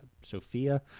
Sophia